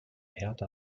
hertha